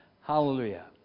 Hallelujah